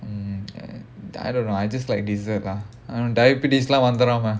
mm and I don't know I just like dessert lah uh diabetes வந்துராம:vandhuraama